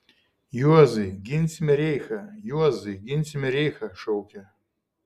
juozai ginsime reichą juozai ginsime reichą šaukia